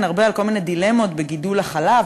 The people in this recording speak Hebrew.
הרבה על כל מיני דילמות בגידול החלב,